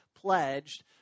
pledged